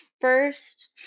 first